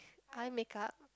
eye makeup